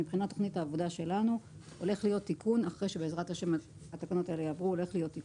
תוכנית העבודה שלנו היא להעביר תיקון שכזה לאחר שהתקנות יעברו.